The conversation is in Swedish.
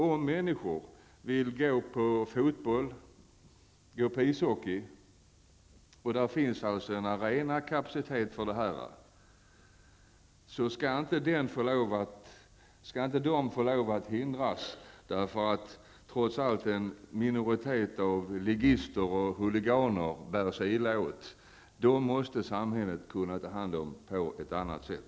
Om människor vill gå på fotboll eller ishockey och det finns en arenakapacitet för detta, skall de inte få lov att hindras, därför att en minoritet av ligister och huliganer bär sig illa åt. Dem måste samhället kunna ta hand om på ett annat sätt.